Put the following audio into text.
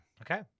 Okay